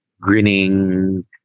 grinning